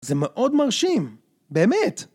זה מאוד מרשים, באמת!